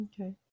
Okay